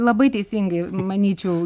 labai teisingai manyčiau